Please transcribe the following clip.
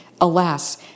Alas